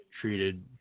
treated